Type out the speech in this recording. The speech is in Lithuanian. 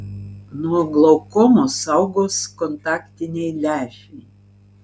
nuo glaukomos saugos kontaktiniai lęšiai